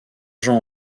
jean